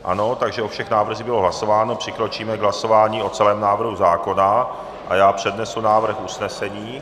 Ano, takže o všech návrzích bylo hlasováno, přikročíme k hlasování o celém návrhu zákona a já přednesu návrh usnesení.